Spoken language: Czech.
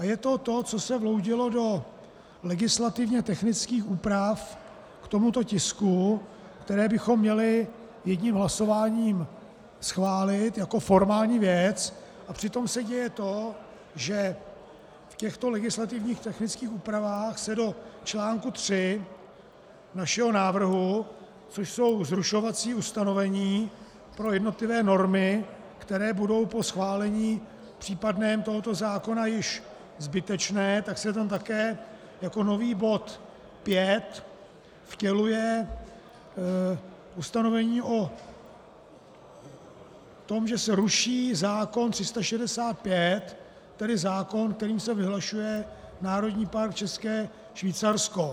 Je to to, co se vloudilo do legislativně technických úprav k tomuto tisku, které bychom měli jedním hlasováním schválit jako formální věc, a přitom se děje to, že v těchto legislativně technických úpravách se do článku 3 našeho návrhu, což jsou zrušovací ustanovení pro jednotlivé normy, které budou po případném schválení tohoto zákona již zbytečné, tak se tam také jako nový bod 5 vtěluje ustanovení o tom, že se ruší zákon 365, tedy zákon, kterým se vyhlašuje Národní park České Švýcarsko.